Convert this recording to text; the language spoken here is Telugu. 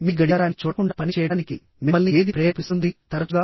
మీ గడియారాన్ని చూడకుండా పని చేయడానికి మిమ్మల్ని ఏది ప్రేరేపిస్తుంది తరచుగా